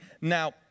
now